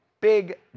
big